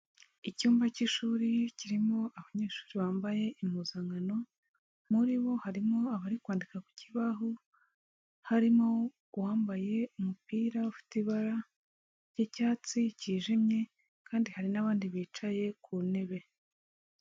Icyumba k'ishuri kirimo abanyeshuri bambaye impuzankano, muri bo harimo abari kwandika ku kibaho, harimo uwambaye umupira ufite ibara ry'icyatsi kijimye kandi hari n'abandi bicaye ku ntebe.